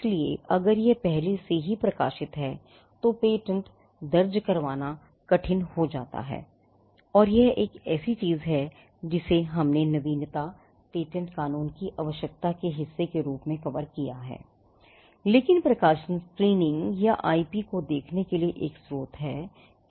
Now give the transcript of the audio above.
इसलिए अगर यह पहले से ही प्रकाशित है तो पेटेंट दर्ज करना कठिन हो जाता है और यह एक ऐसी चीज है जिसे हमने नवीनता और पेटेंट कानून की आवश्यकता के हिस्से के रूप में कवर किया है लेकिन प्रकाशन स्क्रीनिंग या आईपी को देखने के लिए एक स्रोत हैं